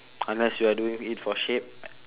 unless you are doing it for shape